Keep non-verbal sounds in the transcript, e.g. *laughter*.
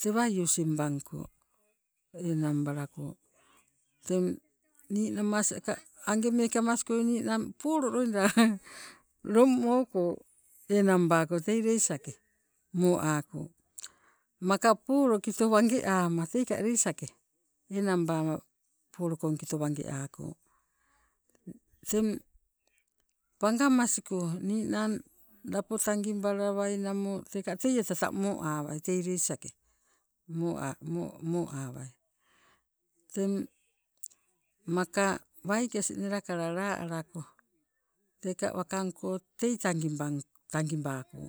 tewa using bangko enang balako teng ninamas aka ange amaskoi ninang polo loida *laughs* long moko enangbak tei leisake moako maka polo kito wange ama teika leisake enangbama polokong kito wange ako. Teng pangamasko ninang lapo tangibalawai namo teka teie tata mo awai tei leisake moawai, teng maka waikes nelakala laa alako teka wakang kot tei tangibangko.